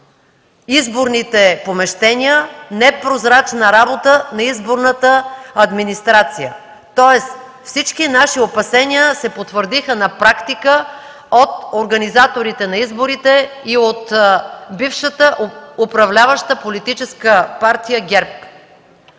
изборните помещения, непрозрачна работа на изборната администрация. Тоест всички наши опасения се потвърдиха на практика от организаторите на изборите и от бившата управляваща Политическа партия ГЕРБ.